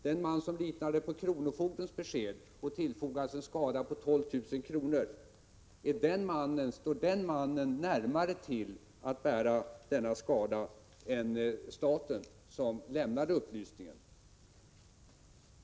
Den man som litade på kronofogdens besked och tillfogades en skada på 12 000 kr. —- står den mannen närmare till att bära denna skada än staten, som lämnade upplysningen?